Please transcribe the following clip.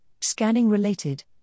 scanning-related